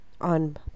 on